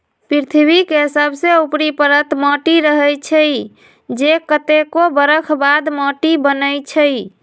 पृथ्वी के सबसे ऊपरी परत माटी रहै छइ जे कतेको बरख बाद माटि बनै छइ